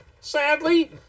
Sadly